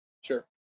Sure